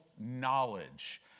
knowledge